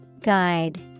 Guide